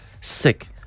sick